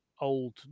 old